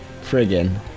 friggin